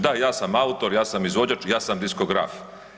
Da, ja sam autor, ja sam izvođač, ja sam diskograf.